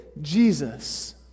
Jesus